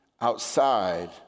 outside